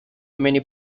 many